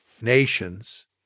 nations